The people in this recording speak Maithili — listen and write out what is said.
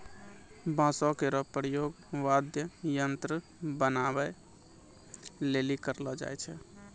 बांसो केरो प्रयोग वाद्य यंत्र बनाबए लेलि करलो जाय छै